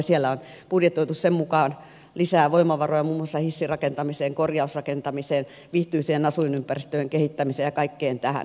siellä on budjetoitu sen mukaan lisää voimavaroja muun muassa hissirakentamiseen korjausrakentamiseen viihtyisien asuinympäristöjen kehittämiseen ja kaikkeen tähän